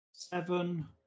Seven